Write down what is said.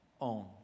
own